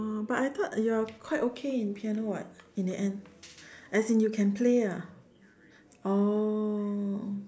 oh but I thought you're quite okay in piano [what] in the end as in you can play ah oh